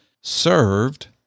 served